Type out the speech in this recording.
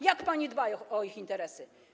Jak pani dba o ich interesy?